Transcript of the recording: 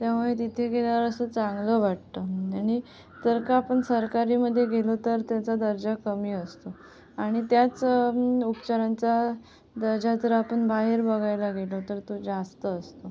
त्यामुळे तिथे गेल्यावर असं चांगलं वाटतं आणि जर का आपण सरकारीमध्ये गेलो तर त्याचा दर्जा कमी असतो आणि त्याच उपचारांचा दर्जा जर आपण बाहेर बघायला गेलो तर तो जास्त असतो